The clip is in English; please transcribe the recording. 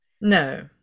No